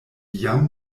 jam